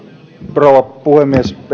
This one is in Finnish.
rouva puhemies